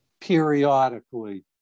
periodically